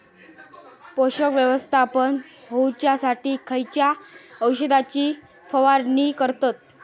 पोषक व्यवस्थापन होऊच्यासाठी खयच्या औषधाची फवारणी करतत?